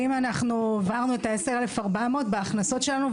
אם הוא עבר את ה-10,400 ₪ בגובה ההכנסות שלו,